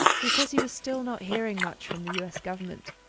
he says he was still not hearing much from the u s. government,